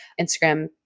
Instagram